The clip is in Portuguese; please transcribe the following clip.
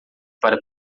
para